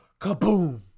kaboom